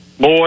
Boy